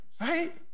Right